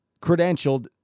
credentialed